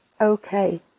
okay